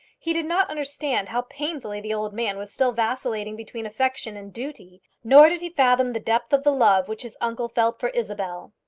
he did not understand how painfully the old man was still vacillating between affection and duty nor did he fathom the depth of the love which his uncle felt for isabel.